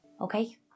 okay